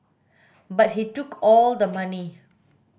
but he took all the money